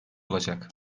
olacak